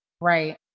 Right